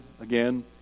again